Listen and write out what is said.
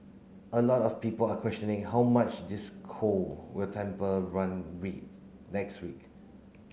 a lot of people are questioning how much this cold will temper run rates next week